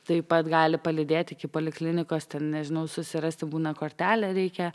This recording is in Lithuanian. taip pat gali palydėti iki poliklinikos ten nežinau susirasti būna kortelę reikia